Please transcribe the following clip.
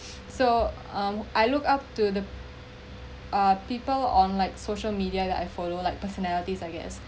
so um I look up to the ah people on like social media that I followed like personalities I guess